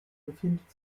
befindet